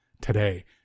today